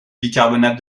bicarbonate